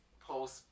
Post